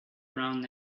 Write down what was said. around